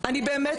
היא אמרה לי: לא,